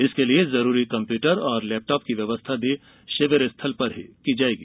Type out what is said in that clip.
इसके लिए जरूरी कंप्यूटर और लैपटाप की व्यवस्था शिविर स्थल पर ही की जायेगी